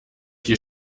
die